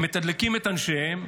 הם מתדלקים את אנשיהם.